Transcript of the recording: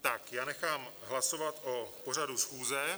Tak, já nechám hlasovat o pořadu schůze.